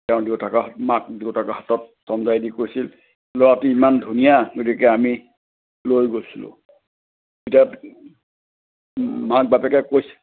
তেওঁৰ দেউতাকৰ হাতত মাক দেউতাকৰ হাতত চমজাই দি কৈছিল ল'ৰাটো ইমান ধুনীয়া গতিকে আমি লৈ গৈছিলোঁ তেতিয়া মাক বাপেকে কৈছিল